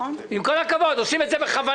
עם כל הכבוד, עושים את זה בכוונה.